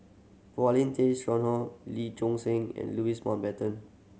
Paulin Tay Lee Choon Seng and Louis Mountbatten